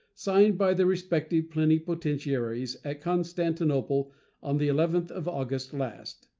signed by their respective plenipotentiaries at constantinople on the eleventh of august last.